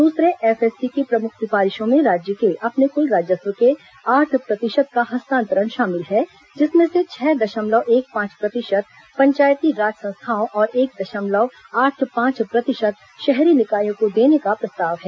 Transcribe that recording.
दूसरे एफएससी की प्रमुख सिफारिशों में राज्य के अपने कुल राजस्व के आठ प्रतिशत का हस्तांतरण शामिल हैं जिसमें से छह दशमलव एक पांच प्रतिशत पंचायती राज संस्थाओं और एक दशमलव आठ पांच प्रतिशत शहरी निकायों को देने का प्रस्ताव है